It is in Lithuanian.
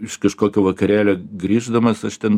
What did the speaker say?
iš kažkokio vakarėlio grįždamas aš ten